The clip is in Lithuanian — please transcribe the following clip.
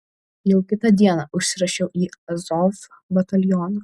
jau kitą dieną užsirašiau į azov batalioną